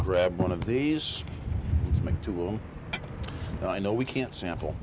grab one of these two will and i know we can't sample